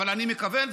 אבל אני מקבל.